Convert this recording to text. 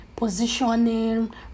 positioning